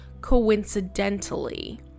coincidentally